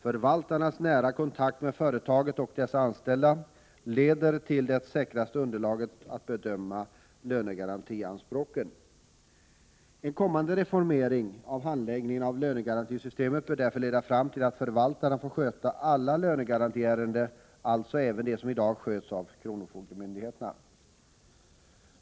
Förvaltarnas nära kontakt med företaget och dess anställda leder till det säkraste underlaget för att bedöma lönegarantianspråken. En kommande reformering av handläggningen av lönegarantisystemet bör därför leda fram till att förvaltarna får sköta alla lönegarantiärenden, dvs. även de som sköts av kronofogdemyndigheterna.